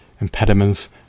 impediments